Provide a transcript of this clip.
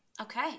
Okay